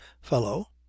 fellow